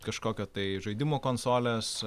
kažkokio tai žaidimo konsolės